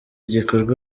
gikorwa